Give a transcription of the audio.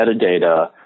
metadata